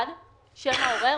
(1)שם העורר,